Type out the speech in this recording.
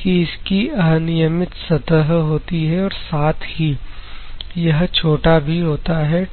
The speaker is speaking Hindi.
कि इसकी अनियमित सतह होती है और साथ ही यह छोटा भी होता है